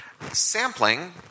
Sampling